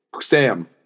Sam